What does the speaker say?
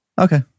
Okay